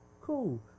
cool